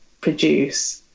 produce